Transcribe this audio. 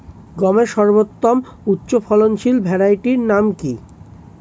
গমের সর্বোত্তম উচ্চফলনশীল ভ্যারাইটি নাম কি?